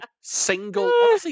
single